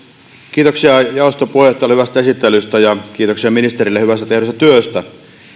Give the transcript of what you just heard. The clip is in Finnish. kiitoksia jaoston puheenjohtajalle hyvästä esittelystä ja kiitoksia ministerille hyvästä tehdystä työstä